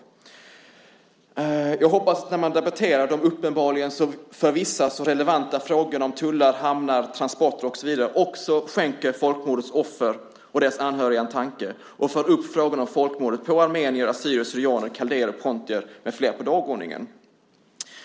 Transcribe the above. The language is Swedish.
Vidare hoppas jag att man, när man debatterar de för vissa så relevanta frågorna om tullar, hamnar, transporter och så vidare, även skänker folkmordets offer och deras anhöriga en tanke och för upp frågorna om folkmordet på armenier, assyrier/syrianer, kaldéer, pontier med flera på dagordningen.